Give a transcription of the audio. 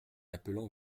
appelant